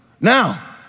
Now